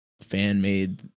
fan-made